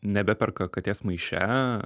nebeperka katės maiše